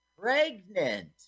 pregnant